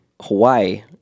Hawaii